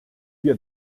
wir